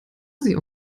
sie